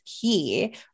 key